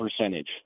percentage